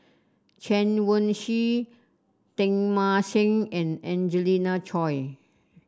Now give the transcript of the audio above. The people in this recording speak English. Chen Wen Hsi Teng Mah Seng and Angelina Choy